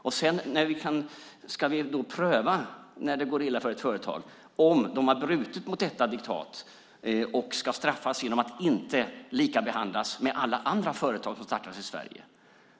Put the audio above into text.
Och när det går illa för ett företag ska vi pröva om det har brutit mot detta diktat och ska straffas genom att inte likabehandlas med alla andra företag som startas i Sverige.